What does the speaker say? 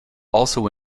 also